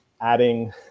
adding